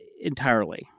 entirely